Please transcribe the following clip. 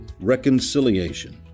Reconciliation